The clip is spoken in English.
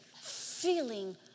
feeling